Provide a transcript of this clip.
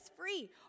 free